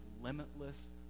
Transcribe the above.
limitless